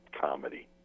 Comedy